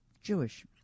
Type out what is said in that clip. Jewish